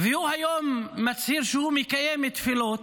והוא מצהיר היום שהוא מקיים תפילות,